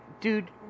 dude